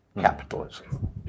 capitalism